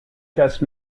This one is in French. casse